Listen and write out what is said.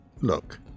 Look